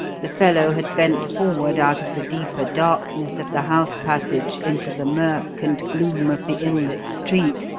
the fellow had bent forward out of the deeper darkness of the house-passage into the murk and gloom of the ill-lit street,